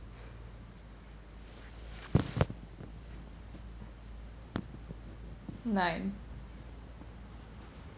nine